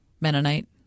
Mennonite